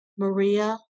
Maria